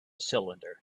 cylinder